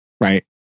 right